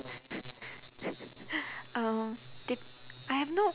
um dep~ I have no